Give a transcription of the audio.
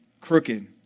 crooked